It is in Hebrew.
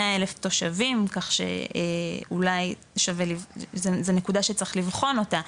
100 אלף תושבים ככה שזו נקודה שצריך לבחון אותה,